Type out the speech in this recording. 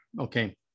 Okay